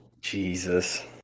Jesus